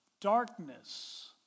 Darkness